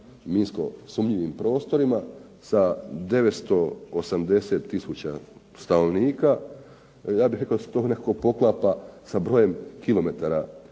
minsko sumnjivim prostorima sa 980 tisuća stanovnika, ja bih rekao da s to nekako poklapa sa brojem kilometara,